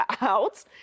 out –